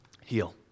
heal